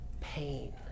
pain